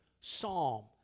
psalm